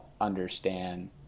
understand